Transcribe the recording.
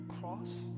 cross